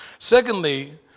Secondly